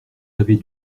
avez